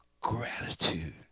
gratitude